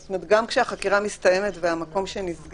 זאת אומרת גם כשהחקירה מסתיימת ופתחו את המקום שנסגר,